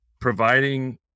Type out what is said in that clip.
providing